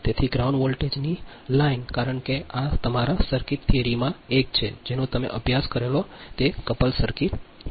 તેથી ગ્રાઉન્ડ વોલ્ટેજની લાઇન કારણ કે આ તમારા સર્કિટ થિયરીમાંથી એક છે જેનો તમે અભ્યાસ કરેલો કપલ સર્કિટ છે